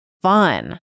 fun